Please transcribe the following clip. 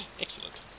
Excellent